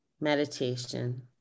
meditation